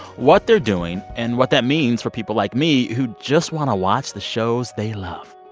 what they're doing and what that means for people like me who just want to watch the shows they love